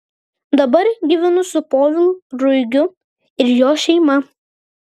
dabar gyvenu su povilu ruigiu ir jo šeima